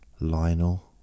Lionel